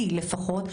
לי לפחות,